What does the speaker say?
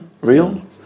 real